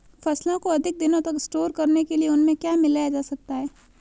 फसलों को अधिक दिनों तक स्टोर करने के लिए उनमें क्या मिलाया जा सकता है?